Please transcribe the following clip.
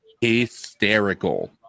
hysterical